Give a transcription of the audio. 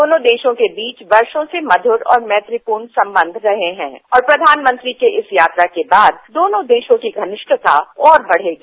दोनों देशों के बीच वर्षो से मधुर और मैत्रीपूर्ण संबंध रहे हैं और प्रधानमंत्री के इस यात्रा के बाद दोनों देशों की घनिष्ठता और बढ़ेगी